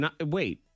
Wait